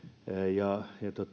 ja